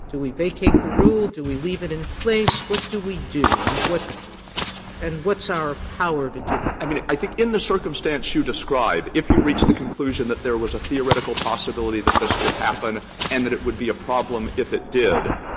we vacate the rule? do we leave it in place? what do we do? and what and what's our power to do it? stewart i mean, i think in the circumstance you describe, if you reach the conclusion that there was a theoretical possibility that this could happen and that it would be a problem if it did,